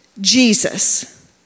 Jesus